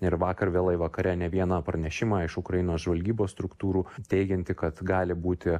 ir vakar vėlai vakare ne vieną pranešimą iš ukrainos žvalgybos struktūrų teigiantį kad gali būti